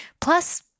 Plus